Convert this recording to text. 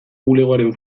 bulegoaren